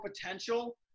potential